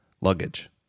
luggage